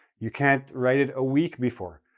you can't write it a week before.